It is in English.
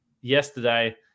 yesterday